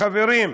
חברים,